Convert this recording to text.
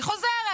אני חוזרת,